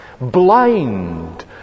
blind